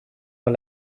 are